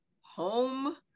home